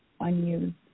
unused